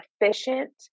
efficient